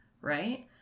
right